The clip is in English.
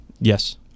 Yes